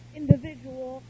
individual